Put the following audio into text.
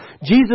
Jesus